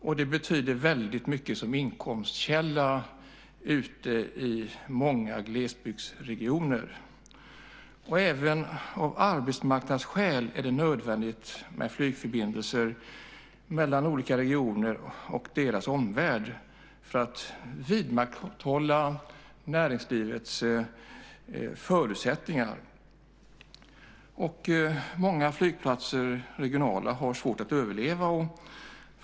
De betyder också väldigt mycket som inkomstkälla ute i många glesbygdsregioner. Även av arbetsmarknadsskäl är det nödvändigt med flygförbindelser mellan olika regioner och deras omvärld för att vidmakthålla näringslivets förutsättningar. Många regionala flygplatser har svårt att överleva.